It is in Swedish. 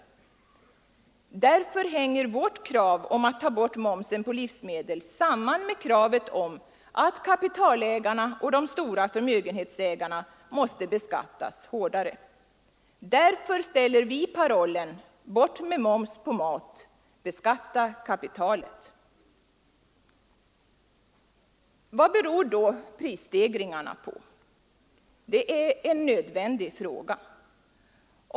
Därför hänger vårt krav om att ta bort momsen på livsmedel samman med kravet på att kapitalägarna och de stora förmögenhetsägarna måste beskattas hårdare. Därför har vi ställt parollen: Bort med moms på mat, beskatta kapitalet. Vad beror då prisstegringarna på? Det är en nödvändig fråga.